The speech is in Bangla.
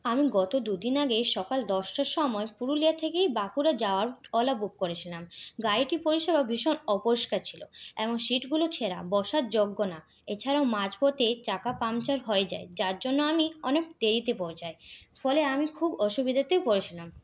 আমি গত দুদিন আগে সকাল দশটার সময় পুরুলিয়া থেকেই বাঁকুড়া যাওয়ার ওলা বুক করেছিলাম গাড়িটির পরিষেবা ভীষণ অপরিষ্কার ছিল এবং সীটগুলো ছেঁড়া বসার যোগ্য না এছাড়াও মাঝপথে চাকা পাংচার হয়ে যায় যার জন্য আমি অনেক দেরিতে পৌঁছাই ফলে আমি খুব অসুবিধাতেই পড়েছিলাম